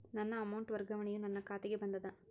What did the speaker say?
ನನ್ನ ಅಮೌಂಟ್ ವರ್ಗಾವಣೆಯು ನನ್ನ ಖಾತೆಗೆ ಬಂದದ